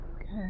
Okay